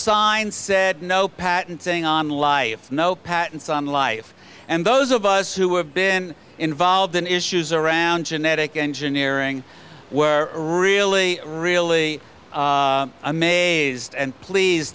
sign said no patent thing on life no patents on life and those of us who have been involved in issues around genetic engineering were really really amazed and please